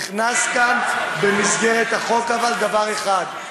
נכנס כאן במסגרת החוק דבר אחד,